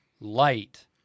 Light